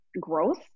growth